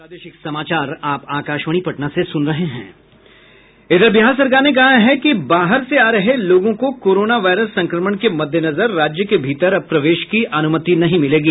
इधर बिहार सरकार ने कहा है कि बाहर से आ रहे लोगों को कोरोना वायरस संक्रमण के मद्देनजर राज्य के भीतर अब प्रवेश की अनुमति नहीं मिलेगी